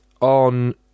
on